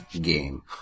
game